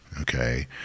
Okay